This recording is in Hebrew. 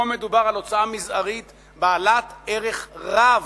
פה מדובר בהוצאה מזערית בעלת ערך רב,